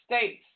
states